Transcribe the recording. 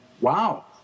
wow